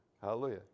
Hallelujah